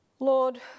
lord